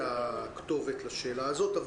אני לא חושב שהיא הכתובת לשאלה הזאת.